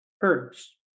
herbs